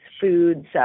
foods